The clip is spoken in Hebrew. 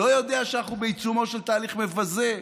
לא יודע שאנחנו בעיצומו של תהליך מבזה?